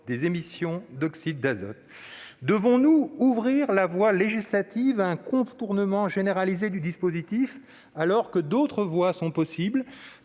des émissions d'oxyde d'azote. Devons-nous ouvrir la voie législative à un contournement généralisé du dispositif, alors que d'autres solutions existent